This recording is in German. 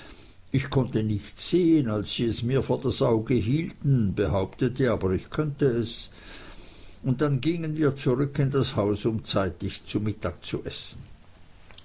ich konnte nichts sehen als sie es mir vor das auge hielten behauptete aber ich könnte es und dann gingen wir zurück in das hotel um zeitig zu mittag zu essen